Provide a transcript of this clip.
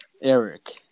Eric